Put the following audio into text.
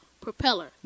propeller